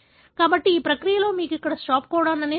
కాబట్టి ఈ ప్రక్రియలో మీకు ఇక్కడ స్టాప్ కోడన్ ఉంది